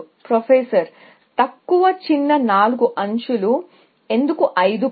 professor తక్కువ చిన్న నాలుగు ఎడ్జ్ లు ఎందుకు ఐదు కాదు